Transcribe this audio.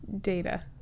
data